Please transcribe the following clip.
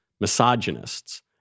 misogynists